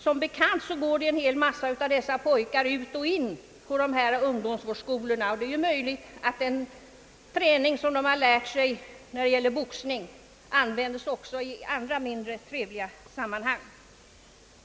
Som bekant vandrar en hel del av dessa pojkar ut och in på ungdomsvårdsskolorna, och det är möjligt att den färdighet de fått genom boxningen kommer till användning också i andra, mindre trevliga sammanhang.